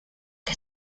que